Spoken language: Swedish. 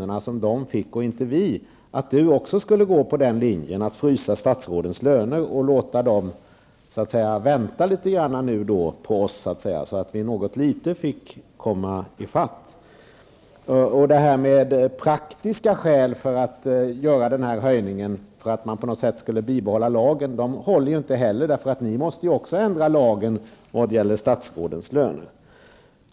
som statsråden fick och inte vi, hade jag faktiskt trott att också Kurt Ove Johansson skulle vara av den åsikten att man borde frysa statsrådens löner, att statsråden så att säga något borde få vänta på oss riksdagsledamöter, så att vi fick komma i fatt dem litet grand. De praktiska skälen för höjningen, att man på så sätt skulle bibehålla lagen, håller inte heller, eftersom man även med ert förslag vad gäller statsrådens löner